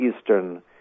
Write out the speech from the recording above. Eastern